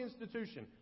institution